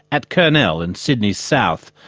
at kurnell in sydney's south.